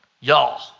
Y'all